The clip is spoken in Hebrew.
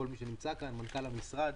מנכ"ל המשרד.